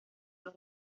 los